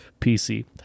PC